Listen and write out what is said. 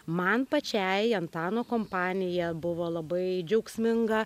man pačiai antano kompanija buvo labai džiaugsminga